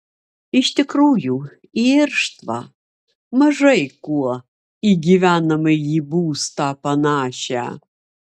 iš tikrųjų į irštvą mažai kuo į gyvenamąjį būstą panašią